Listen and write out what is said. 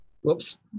Whoops